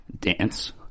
Dance